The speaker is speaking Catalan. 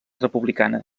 republicana